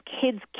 Kids